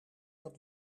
dat